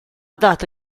dato